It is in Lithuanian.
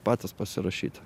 patys pasirašyti